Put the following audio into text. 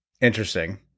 Interesting